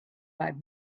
five